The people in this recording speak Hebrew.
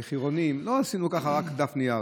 המחירונים, לא עשינו ככה, רק דף נייר.